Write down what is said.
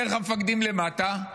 דרך המפקדים למטה,